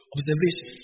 Observation